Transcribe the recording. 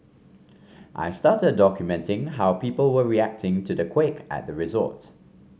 I started documenting how people were reacting to the quake at the resort